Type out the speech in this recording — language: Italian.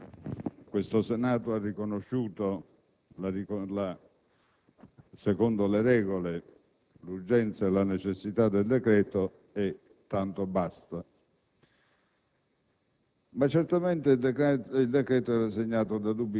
Vi sono modi efficaci di rispondere sul tema della sicurezza, anche conformi, però, alla nostra storia, alla nostra identità di popolo e Paese democratico, al nostro diritto.